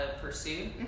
pursue